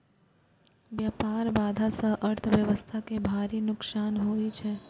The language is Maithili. व्यापार बाधा सं अर्थव्यवस्था कें भारी नुकसान होइ छै